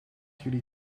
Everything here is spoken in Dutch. jullie